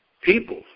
people